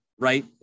right